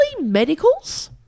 medicals